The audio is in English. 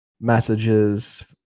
messages